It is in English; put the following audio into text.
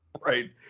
Right